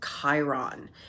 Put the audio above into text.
Chiron